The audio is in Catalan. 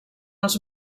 els